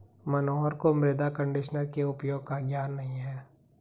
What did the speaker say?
मनोहर को मृदा कंडीशनर के उपयोग का ज्ञान नहीं है